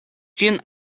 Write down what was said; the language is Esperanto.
ĝin